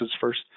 first